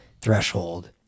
threshold